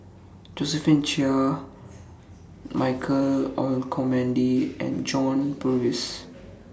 Josephine Chia Michael Olcomendy and John Purvis